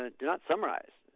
ah do not summarize.